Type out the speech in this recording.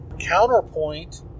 counterpoint